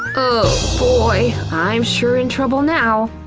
oh boy, i'm sure in trouble now.